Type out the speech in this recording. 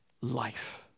Life